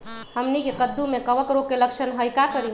हमनी के कददु में कवक रोग के लक्षण हई का करी?